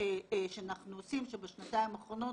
שאנחנו עושים, שבשנתיים האחרונות